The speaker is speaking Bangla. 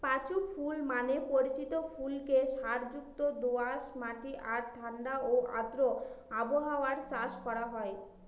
পাঁচু ফুল নামে পরিচিত ফুলকে সারযুক্ত দোআঁশ মাটি আর ঠাণ্ডা ও আর্দ্র আবহাওয়ায় চাষ করা হয়